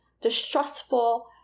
distrustful